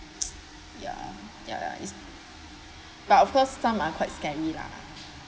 ya ya it's but of course some are quite scary lah